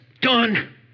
Done